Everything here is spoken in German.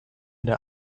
der